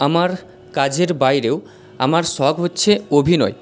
আমার কাজের বাইরেও আমার শখ হচ্ছে অভিনয়